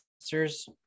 officers